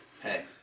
Hey